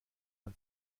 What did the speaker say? man